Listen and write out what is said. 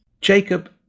Jacob